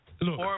Look